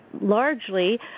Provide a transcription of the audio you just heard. largely